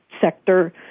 sector